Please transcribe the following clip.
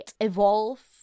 evolve